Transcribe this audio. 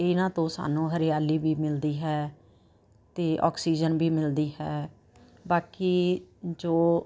ਇਹਨਾਂ ਤੋਂ ਸਾਨੂੰ ਹਰਿਆਲੀ ਵੀ ਮਿਲਦੀ ਹੈ ਅਤੇ ਆਕਸੀਜਨ ਵੀ ਮਿਲਦੀ ਹੈ ਬਾਕੀ ਜੋ